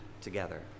together